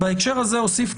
"בהקשר זה אוסיף,